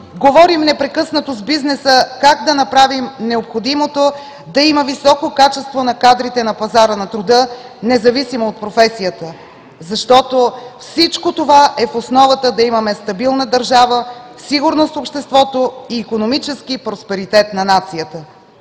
Говорим непрекъснато с бизнеса как да направим необходимото, за да има високо качество на кадрите на пазара на труда, независимо от професията, защото всичко това е в основата да имаме стабилна държава, сигурност в обществото и икономически просперитет на нацията.